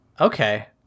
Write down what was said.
Okay